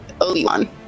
obi-wan